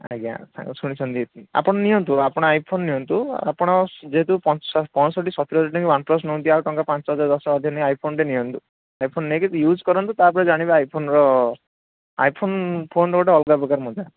ଆଜ୍ଞା ସାଙ୍ଗ ଶୁଣିଛନ୍ତି ଏତିକି ଆପଣ ନିଅନ୍ତୁ ଆପଣ ଆଇଫୋନ୍ ନିଅନ୍ତୁ ଆପଣ ଯେହେତୁ ପଞ୍ଚଷଠି ସତୁରିହଜାର ଦେଇକି ୱାନ୍ପ୍ଲସ୍ ନିଅନ୍ତି ଆଉ ଟଙ୍କା ପାଞ୍ଚହଜାର ଦଶହଜାର ଦେଇକି ଆଇଫୋନ୍ଟେ ନିଅନ୍ତୁ ଆଇଫୋନ୍ ନେଇକି ୟୁଜ କରନ୍ତୁ ତା'ପରେ ଜାଣିବେ ଆଇଫୋନ୍ର ଆଇଫୋନ୍ ଫୋନ୍ର ଗୋଟେ ଅଲଗା ପ୍ରକାର ମଜା